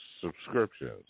subscriptions